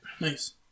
Nice